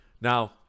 Now